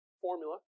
formula